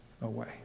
away